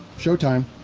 showtime.